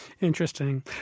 Interesting